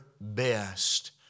best